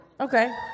Okay